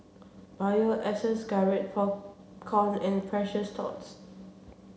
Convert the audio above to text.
Bio Essence Garrett Popcorn and Precious Thots